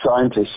scientists